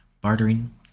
bartering